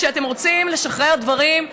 כשאתם רוצים לשחרר דברים,